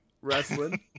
wrestling